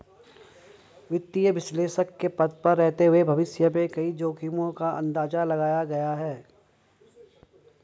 वित्तीय विश्लेषक के पद पर रहते हुए भविष्य में कई जोखिमो का अंदाज़ा लगाया है